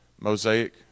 Mosaic